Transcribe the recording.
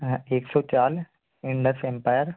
एक सौ चार इंडस इंपायर